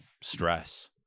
stress